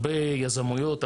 הרבה יזמויות,